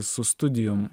su studijom